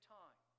time